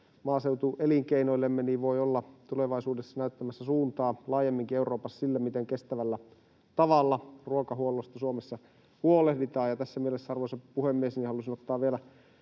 maaseutuelinkeinoillemme voi myös olla tulevaisuudessa näyttämässä suuntaa laajemminkin Euroopassa sille, miten kestävällä tavalla ruokahuollosta Suomessa huolehditaan. Tässä mielessä, arvoisa puhemies, halusin ottaa vielä